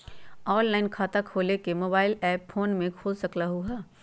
Online खाता खोले के मोबाइल ऐप फोन में भी खोल सकलहु ह?